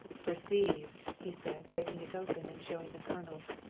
perceive! he said, breaking it open and showing the kernel.